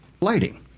lighting